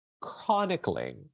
chronicling